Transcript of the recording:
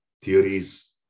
theories